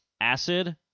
acid